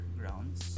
grounds